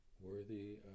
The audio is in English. worthy